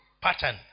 pattern